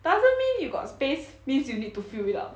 doesn't mean you got space means you need to fill it up